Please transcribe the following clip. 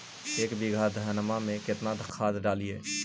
एक बीघा धन्मा में केतना खाद डालिए?